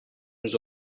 nous